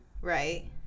right